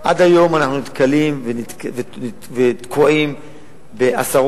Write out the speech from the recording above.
עד היום אנחנו נתקלים ותקועים בעשרות,